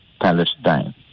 Palestine